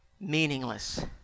meaningless